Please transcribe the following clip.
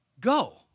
go